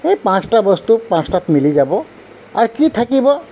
সেই পাঁচটা বস্তু পাঁচটাত মিলি যাব আৰু কি থাকিব